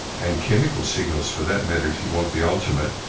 and chemical signals for that matter, if you want the ultimate,